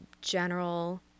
general